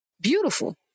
Beautiful